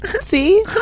see